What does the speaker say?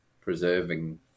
preserving